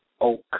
Oak